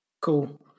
Cool